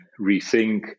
rethink